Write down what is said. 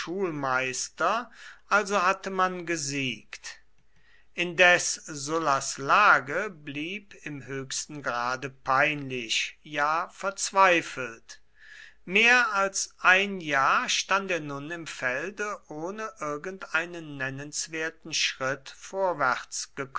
schulmeister also hatte man gesiegt indes sullas lage blieb im höchsten grade peinlich ja verzweifelt mehr als ein jahr stand er nun im felde ohne irgendeinen nennenswerten schritt